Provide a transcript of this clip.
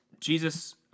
Jesus